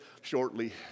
shortly